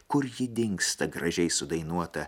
kur ji dingsta gražiai sudainuota